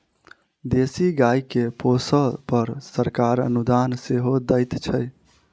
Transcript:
देशी गाय के पोसअ पर सरकार अनुदान सेहो दैत छै